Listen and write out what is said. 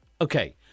Okay